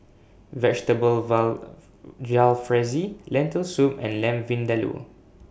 Vegetable Jalfrezi Lentil Soup and Lamb Vindaloo